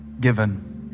given